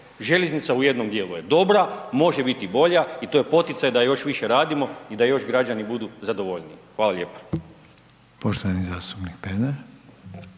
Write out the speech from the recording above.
željeznica u jednom dijelu je dobra, može biti i bolja i to je poticaj da još više radimo i da još građani budu zadovoljniji. Hvala lijepo.